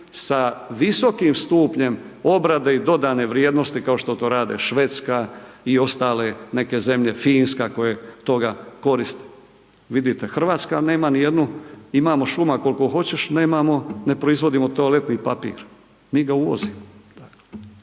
sa visokim stupnjem obrade i dodane vrijednost kao što to rade Švedska i ostale neke zemlje, Finska koje toga koristi. Vidite, Hrvatska nema nijednu, imamo šuma koliko hoćeš, nemamo, ne proizvodimo toaletni papir, mi ga uvozimo.